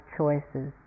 choices